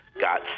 got